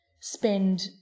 spend